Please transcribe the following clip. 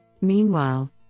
Meanwhile